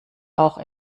auch